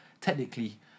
Technically